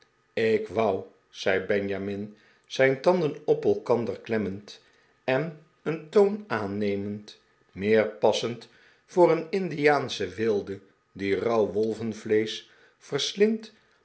ik wou zei benjamin zijn tanden op elkander klemmend en een toon aannemend meer passend voor een indiaanschen wilde die rauw wolvenvleesch verslindt